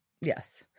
Yes